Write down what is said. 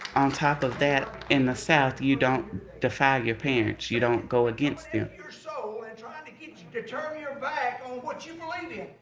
top of that in the south, you don't defy your parents, you don't go against them. your soul and trying to get you to turn your back on what you believed in.